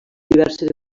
diverses